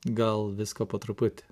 gal visko po truputį